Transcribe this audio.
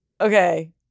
Okay